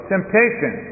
temptation